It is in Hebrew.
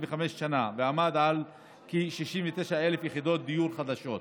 שנה ועמד על כ-69,000 יחידות דיור חדשות.